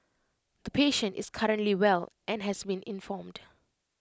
the patient is currently well and has been informed